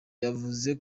wavuze